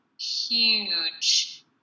huge